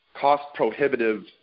cost-prohibitive